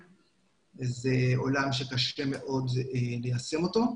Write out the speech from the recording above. זה עולם שקשה מאוד ליישם אותו.